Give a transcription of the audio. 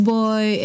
boy